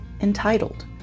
entitled